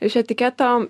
iš etiketo